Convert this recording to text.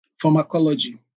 pharmacology